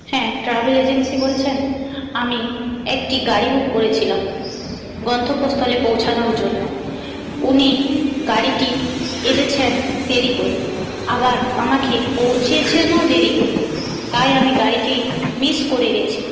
হ্যাঁ travel agency বলছেন আমি একটি গাড়ি বুক করেছিলাম গন্তব্য স্থলে পৌঁছনোর জন্য উনি গাড়িটি এনেছেন দেরি করে আবার আমাকে পৌঁছেছেনও দেরি করে তাই আমি গাড়িটি মিস করে গেছি